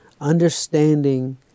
understanding